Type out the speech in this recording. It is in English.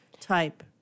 type